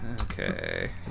Okay